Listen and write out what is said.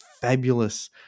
fabulous